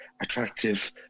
attractive